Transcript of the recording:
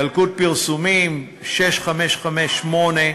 ילקוט פרסומים 6558,